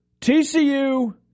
TCU